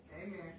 Amen